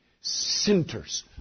centers